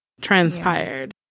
transpired